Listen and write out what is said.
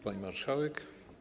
Pani Marszałek!